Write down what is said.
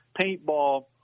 paintball